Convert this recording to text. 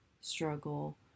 struggle